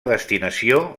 destinació